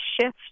shift